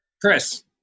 Chris